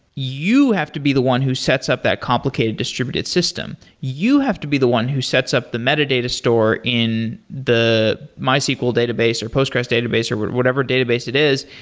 you have to be the one who sets up that complicated distributed system. you have to be the one who sets up the metadata store in the mysql database or postgresql database, or but whatever database database it is,